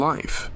Life